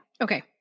Okay